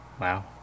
Wow